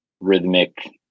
rhythmic